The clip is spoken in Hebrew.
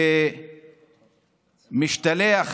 ומשתלח